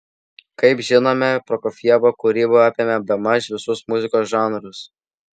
kaip žinome prokofjevo kūryba apėmė bemaž visus muzikos žanrus